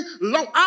long